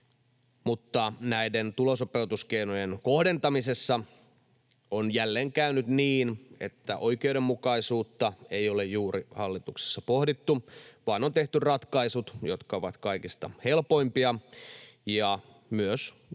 Mutta näiden tulosopeutuskeinojen kohdentamisessa on jälleen käynyt niin, että oikeudenmukaisuutta ei ole juuri hallituksessa pohdittu, vaan on tehty ratkaisut, jotka ovat kaikista helpoimpia ja myös